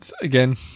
Again